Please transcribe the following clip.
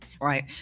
Right